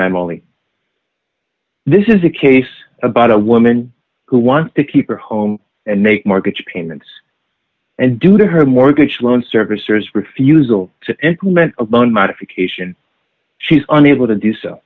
can i'm only this is a case about a woman who wants to keep her home and make mortgage payments and due to her mortgage loan servicers refusal to implement a bone modification she's unable to do so